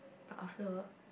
but after